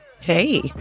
Hey